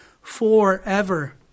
forever